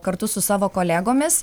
kartu su savo kolegomis